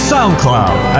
SoundCloud